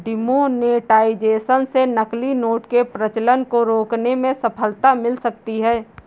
demonetisation से नकली note के प्रचलन को रोकने में सफलता मिल सकती है